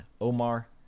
Omar